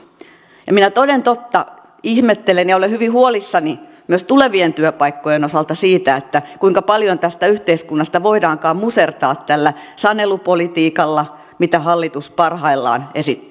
minä toden totta ihmettelen ja olen hyvin huolissani myös tulevien työpaikkojen osalta siitä kuinka paljon tästä yhteiskunnasta voidaankaan musertaa tällä sanelupolitiikalla mitä hallitus parhaillaan esittää